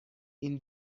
این